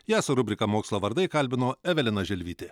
ją su rubrika mokslo vardai kalbino evelina želvytė